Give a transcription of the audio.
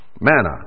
manna